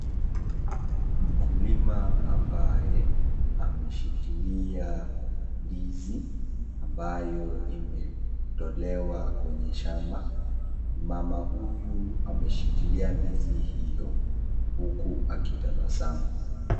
Mkulima ambaye ameshikilia ndizi ambayo imetolewa kwenye shamba. Mama huyu ameshikilia ndizi hiyo huku akitabasamu.